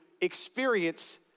experience